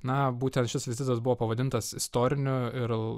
na būtent šis vizitas buvo pavadintas istoriniu ir